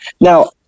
Now